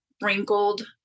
wrinkled